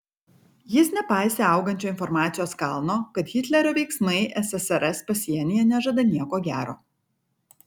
jis nepaisė augančio informacijos kalno kad hitlerio veiksmai ssrs pasienyje nežada nieko gero